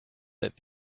that